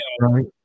right